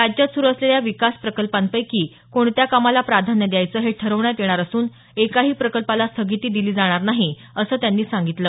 राज्यात सुरु असलेल्या विकास प्रकल्पांपैकी कोणत्या कामाला प्राधान्य द्यायचं हे ठरवण्यात येणार असून एकाही प्रकल्पाला स्थगिती दिली जाणार नाही असं त्यांनी सांगितलं